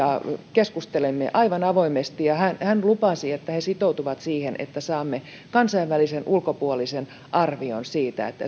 keskustelimme aivan avoimesti ja hän hän lupasi että he sitoutuvat siihen että saamme kansainvälisen ulkopuolisen arvion siitä